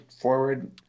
forward